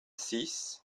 six